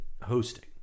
hosting